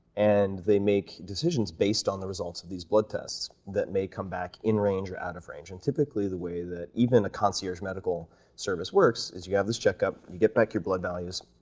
and they make decisions based on the results of these blood tests that may come back in range or out of range, and typically the way that even a connoisseur's medical service works, is you have this checkup, you get back your blood values,